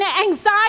anxiety